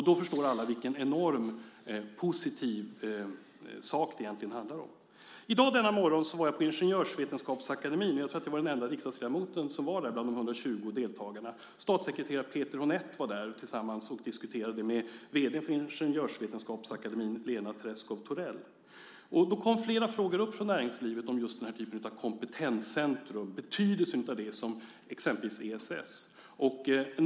Då förstår alla vilken enorm positiv sak det handlar om. I dag denna morgon var jag på Ingenjörsvetenskapsakademien. Jag tror att jag var den enda riksdagsledamot som var där bland de 120 deltagarna. Statssekreterare Peter Honeth var där och diskuterade med vd:n för Ingenjörsvetenskapsakademien Lena Treschow Torell. Då kom flera frågor upp från näringslivet om just den här typen av kompetenscentrum, om betydelsen av exempelvis ESS.